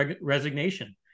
resignation